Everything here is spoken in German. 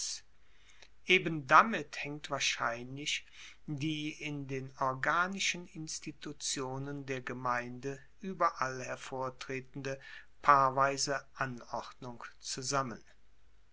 eben damit haengt wahrscheinlich die in den organischen institutionen der gemeinde ueberall hervortretende paarweise anordnung zusammen